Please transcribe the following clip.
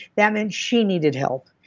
that meant she needed help.